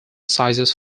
sizes